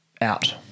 out